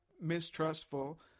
mistrustful